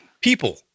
people